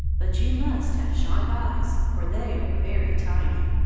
but you must have sharp eyes, for they are very tiny.